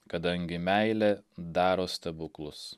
kadangi meilė daro stebuklus